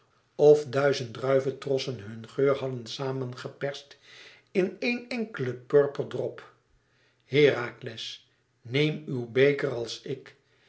of duizend druivetrossen hun geur hadden samen geperst in éen enkelen purperen drop herakles neem uw beker als ik